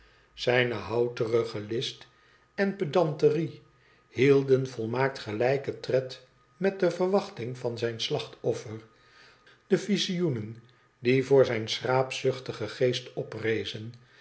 zijne houterige list en pedanterie hielden volmaakt gelijken tred met de verwachting van zijn slachtofifer de vizioenen die voor zijn schraapzuchtigen geest oprezen